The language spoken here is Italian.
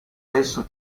esso